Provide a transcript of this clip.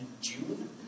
June